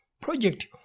project